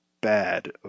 bad